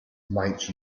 might